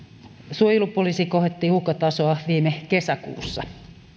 suojelupoliisi kohotti uhkatasoa viime kesäkuussa